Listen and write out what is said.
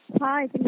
Hi